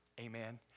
Amen